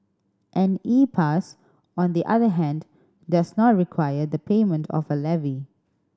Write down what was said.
an E Pass on the other hand does not require the payment of a levy